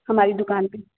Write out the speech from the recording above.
हमारी दुकान पे